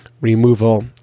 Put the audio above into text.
removal